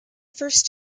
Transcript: first